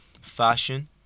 fashion